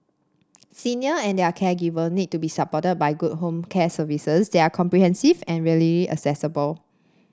senior and their caregiver need to be supported by good home care services they are comprehensive and readily accessible